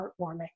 heartwarming